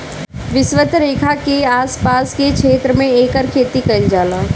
विषवत रेखा के आस पास के क्षेत्र में एकर खेती कईल जाला